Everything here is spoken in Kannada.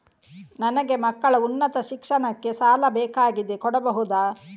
ನನಗೆ ಮಕ್ಕಳ ಉನ್ನತ ಶಿಕ್ಷಣಕ್ಕೆ ಸಾಲ ಬೇಕಾಗಿದೆ ಕೊಡಬಹುದ?